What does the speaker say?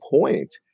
point